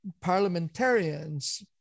parliamentarians